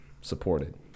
supported